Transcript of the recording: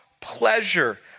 pleasure